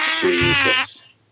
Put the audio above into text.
Jesus